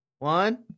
One